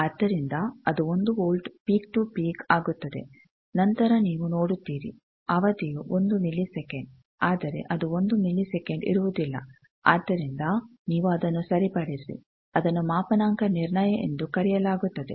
ಆದ್ದರಿಂದ ಅದು 1 V peak to peak ಆಗುತ್ತದೆ ನಂತರ ನೀವು ನೋಡುತ್ತೀರಿ ಅವಧಿಯು 1 ಮಿಲಿಸೆಕೆಂಡ್ ಆದರೆ ಅದು 1 ಮಿಲಿಸೆಕೆಂಡ್ ಇರುವುದಿಲ್ಲ ಆದ್ದರಿಂದ ನೀವು ಅದನ್ನು ಸರಿಪಡಿಸಿ ಅದನ್ನು ಮಾಪನಾಂಕ ನಿರ್ಣಯ ಎಂದು ಕರೆಯಲಾಗುತ್ತದೆ